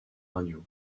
radio